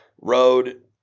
road